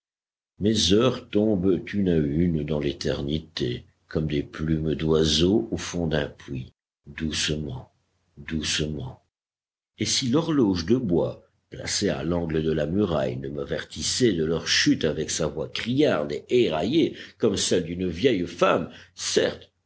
mes heures tombent une à une dans l'éternité comme des plumes d'oiseau au fond d'un puits doucement doucement et si l'horloge de bois placée à l'angle de la muraille ne m'avertissait de leur chute avec sa voix criarde et éraillée comme celle d'une vieille femme certes